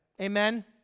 amen